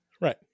Right